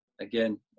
Again